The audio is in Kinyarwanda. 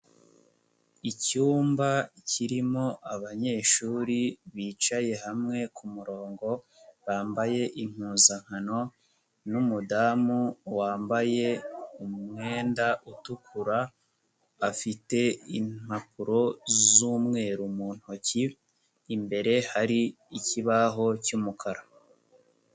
Icyumba kirimo abanyeshuri bicaye hamwe ku murongo, bambaye impuzankano n'umudamu wambaye umwenda utukura, afite impapuro z'umweru mu ntoki, imbere hari ikibaho cy'umukara.